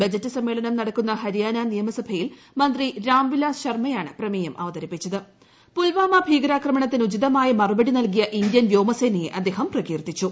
budget സമ്മേളനം നടക്കുന്ന ഹരിയാന് നിയമസഭയിൽ മന്ത്രി രാംവിലാസ് ശർമ്മയാണ് പ്രമേയം പുൽവാമ ഭീകരാക്രമണത്തിന് ഉചിത്മായ മറുപടി നൽകിയ ഇന്ത്യൻ വ്യോമസേനയെ അദ്ദേഹം പ്രകീർത്തിച്ചു